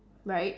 right